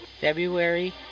February